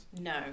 No